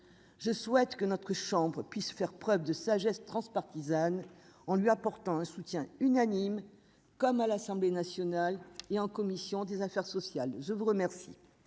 je souhaite que notre chambre puisse faire preuve de sagesse transpartisane en lui apportant un soutien unanime comme à l'Assemblée nationale et en commission des affaires sociales, je vous remercie.